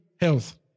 health